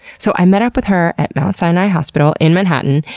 so i met up with her at mount sinai hospital in manhattan,